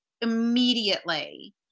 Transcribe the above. immediately